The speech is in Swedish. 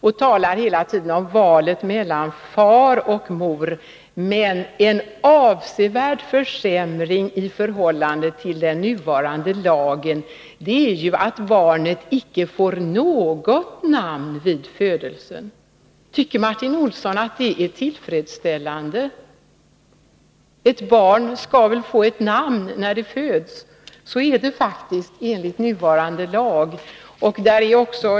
Han talar hela tiden om valet mellan faderns och moderns namn. Men en avsevärd försämring i förhållande till den nuvarande lagen är ju att barnet icke får något namn vid födelsen. Tycker Martin Olsson att det är tillfredsställande? Ett barn skall väl få ett namn när det föds? Så är det faktiskt enligt nuvarande lag.